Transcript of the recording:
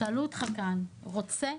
שאלו אותך כאן: רוצה?